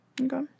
Okay